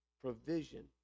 provision